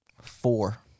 four